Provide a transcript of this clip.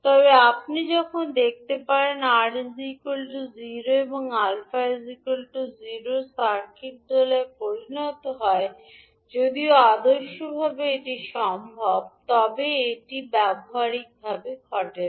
তবে আপনি যখন দেখতে পাবেন 𝑅 0 𝛼 0 সার্কিট দোলায় পরিণত হয় যদিও আদর্শভাবে এটি সম্ভব তবে এটি ব্যবহারিকভাবে ঘটে না